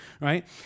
right